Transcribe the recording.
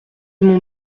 mon